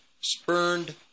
spurned